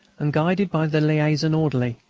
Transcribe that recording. and, guided by the liaison orderly,